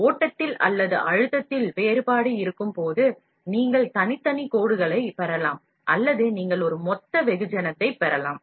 ஓட்டத்தில் அல்லது அழுத்தத்தில் வேறுபாடு இருக்கும்போது நீங்கள் தனித்துவமான கோடுகளைப் பெறலாம் அல்லது நீங்கள் ஒரு மொத்த பெரியஅளவிலான கோடுகளை பெறலாம்